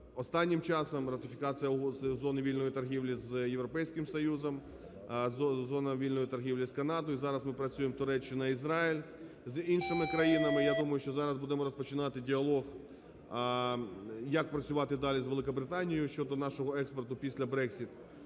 останнім часом ратифікація зони вільної торгівлі з Європейським Союзом, зони вільної торгівлі з Канадою, зараз ми працюємо Туреччина, Ізраїль, з іншими країнами. Я думаю, що зараз будемо розпочинати діалог, як працювати далі з Великобританією щодо нашого експорту після Brexit.